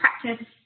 practice